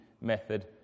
method